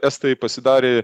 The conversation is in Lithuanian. estai pasidarė